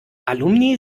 alumni